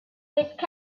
with